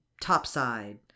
topside